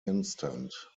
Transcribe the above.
instant